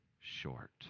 short